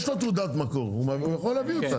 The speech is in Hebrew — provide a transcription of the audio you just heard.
הוא הרי יש לו תעודת מקור, הוא יכול להביא אותה.